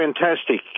fantastic